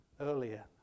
earlier